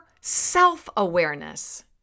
self-awareness